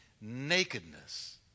nakedness